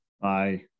Bye